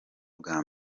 bwa